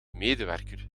medewerker